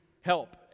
help